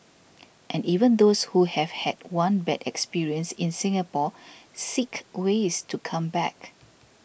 and even those who have had one bad experience in Singapore seek ways to come back